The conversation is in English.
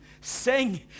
sing